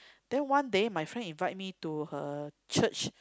then one day my friend invite me to her church